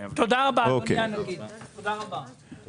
בבקשה.